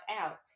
out